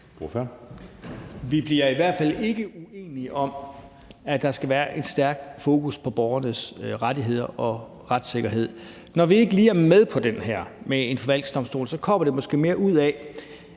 Vi bliver i hvert fald ikke uenige om, at der skal være et stærkt fokus på borgernes rettigheder og retssikkerhed. Når vi ikke lige er med på det her med en forvaltningsdomstol, kommer det måske af